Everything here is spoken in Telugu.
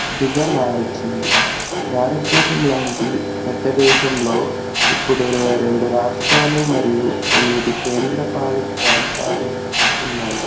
దిగ మార్చింది భారతదేశం లాంటి పెద్ద దేశంలో ఇప్పుడు ఇరవై రెండు రాష్ట్రాలు మరియు ఎనిమిది కేంద్ర పాలికప్రాంతాలు ఉన్నాయి